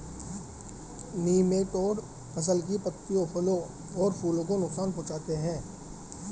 nematode फसल की पत्तियों फलों और फूलों को नुकसान पहुंचाते हैं